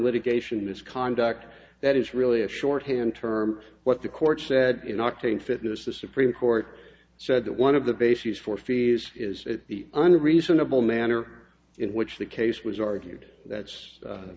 litigation misconduct that is really a shorthand term what the court said in octane fitness the supreme court said that one of the bases for fees is under reasonable manner in which the case was argued that's